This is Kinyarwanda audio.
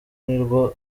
nirwo